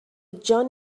جان